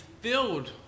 filled